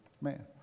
Man